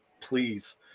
please